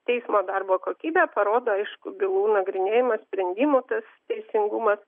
teismo darbo kokybę parodo aiškų bylų nagrinėjimas sprendimų tas teisingumas